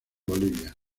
bolivia